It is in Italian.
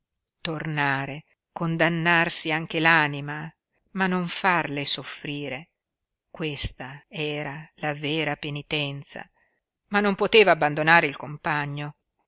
tornare condannarsi anche l'anima ma non farle soffrire questa era la vera penitenza ma non poteva abbandonare il compagno